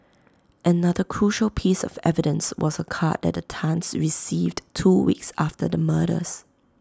another crucial piece of evidence was A card that the Tans received two weeks after the murders